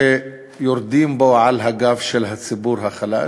שיורדים על הגב של הציבור החלש,